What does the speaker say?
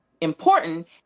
important